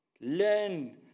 Learn